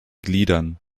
gliedern